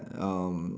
um